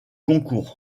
concours